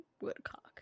Woodcock